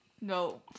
no